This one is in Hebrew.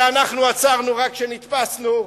שעצרנו רק כשנתפסנו?